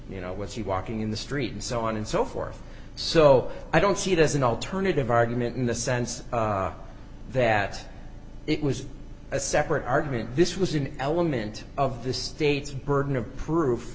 you know what you walking in the street and so on and so forth so i don't see it as an alternative argument in the sense that it was a separate argument this was an element of the state's burden of proof